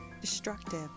destructive